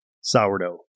Sourdough